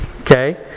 Okay